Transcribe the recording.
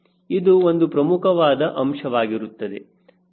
ಇದು ಒಂದು ಪ್ರಮುಖವಾದ ಅಂಶವಾಗಿರುತ್ತದೆ